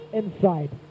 inside